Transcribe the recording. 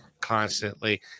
constantly